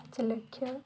ପାଞ୍ଚ ଲକ୍ଷ